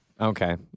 okay